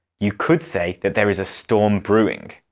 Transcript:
you could say that there is a storm brewing.